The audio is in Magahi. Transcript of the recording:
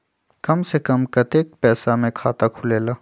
कम से कम कतेइक पैसा में खाता खुलेला?